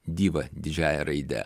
diva didžiąja raide